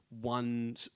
one